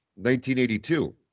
1982